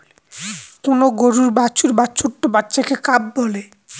কোন গরুর বাছুর বা ছোট্ট বাচ্চাকে কাফ বলে